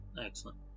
Excellent